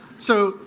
so,